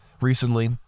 recently